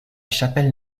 chapelle